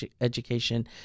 education